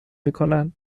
میکنن